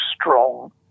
strong